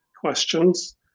questions